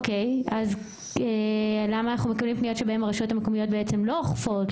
אז למה אנחנו מקבלים פניות שבהן הרשויות המקומיות בעצם לא אוכפות,